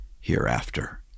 hereafter